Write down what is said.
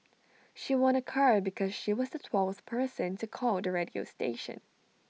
she won A car because she was the twelfth person to call the radio station